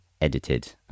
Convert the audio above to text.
edited